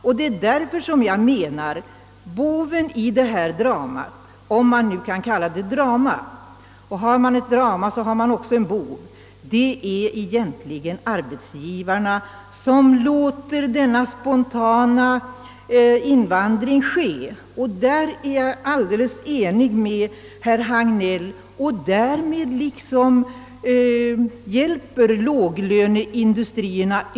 Och det är därför som jag menar att boven i det här dramat, om man nu kan kalla det drama, är egentligen arbetsgivarna som låter denna spontana invandring ske. Jag är alldeles ense med herr Hagnell om att därmed hjälper man låglöneindustrierna.